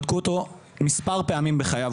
בדקו אותו מספר פעמים בחייו,